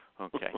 Okay